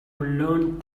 learned